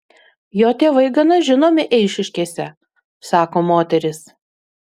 jo tėvai gana žinomi eišiškėse sako moteris